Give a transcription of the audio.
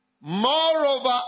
moreover